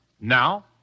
Now